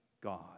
God